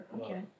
Okay